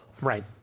right